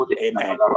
amen